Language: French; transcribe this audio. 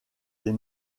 des